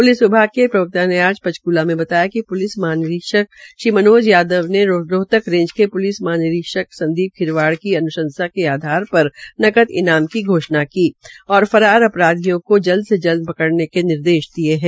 police विभाग के एक प्रवक्ता ने आज पंचकूला मे बताया कि प्लिस महाविद्यालय श्री मनोज यादव ने रोहतक रैंज के प्लिस महानिरीक्षक संदीप खिरवाड़ की अन्शंसा के आधार पर नकद ईनाम की घोषणा की और फरार अपराधियों को जल्द से जल्द पकड़ने के निर्देश दिये है